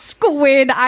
Squid